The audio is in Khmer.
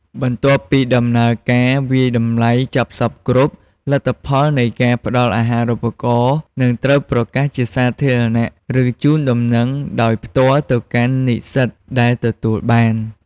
បន្ទាប់ពីដំណើរការវាយតម្លៃចប់សព្វគ្រប់ លទ្ធផលនៃការផ្ដល់អាហារូបករណ៍នឹងត្រូវប្រកាសជាសាធារណៈ ឬជូនដំណឹងដោយផ្ទាល់ទៅកាន់និស្សិតដែលទទួលបាន។